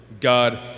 God